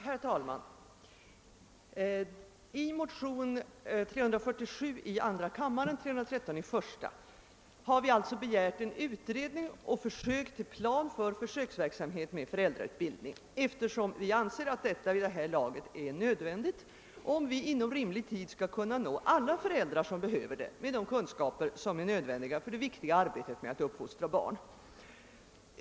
Herr talman! I motionerna 1: 313 och II: 347 har vi begärt utredning om och förslag till plan för försöksverksamhet med föräldrautbildning, eftersom vi anser att detta vid det här laget är nödvändigt, om vi inom rimlig tid skall kunna nå alla föräldrar som behöver det med de kunskaper som krävs för det viktiga arbetet med att uppfostra barn.